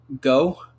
Go